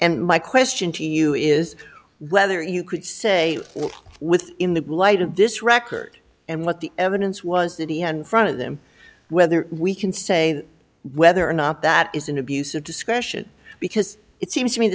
and my question to you is whether you could say with in the light of this record and what the evidence was that he and front of them whether we can say whether or not that is an abuse of discretion because it seems to me